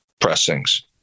pressings